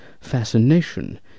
fascination